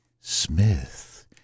Smith